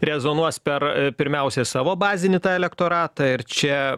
rezonuos per pirmiausia savo bazinį tą elektoratą ir čia